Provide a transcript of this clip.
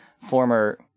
former